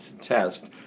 test